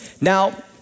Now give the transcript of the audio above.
Now